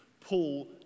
Paul